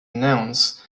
nouns